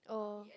oh